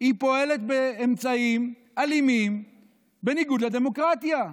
היא פועלת באמצעים אלימים בניגוד לדמוקרטיה?